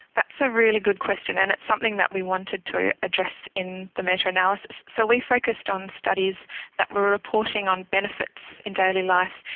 that's a really good question and it's something that we wanted to address in the meta-analysis. so we focused on studies that were reporting on benefits in daily life.